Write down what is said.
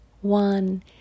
one